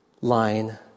line